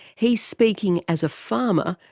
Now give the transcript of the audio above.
he's speaking as a farmer,